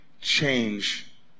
change